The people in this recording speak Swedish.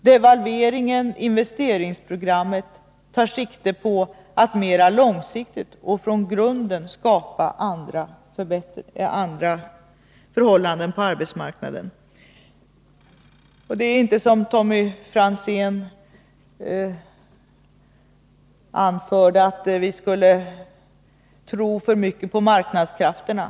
Devalveringen och investeringsprogrammet tar sikte 35 på att mer långsiktigt och från grunden skapa andra förhållanden på arbetsmarknaden. Det är inte så som Tommy Franzén anförde, att vi skulle tro för mycket på marknadskrafterna.